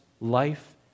life